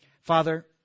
Father